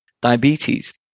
diabetes